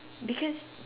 because